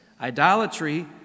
Idolatry